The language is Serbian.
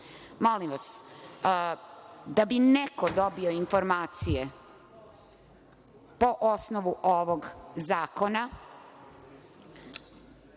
da bi neko dobio informacije po osnovu ovog zakona,